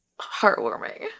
heartwarming